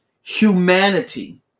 Humanity